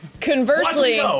Conversely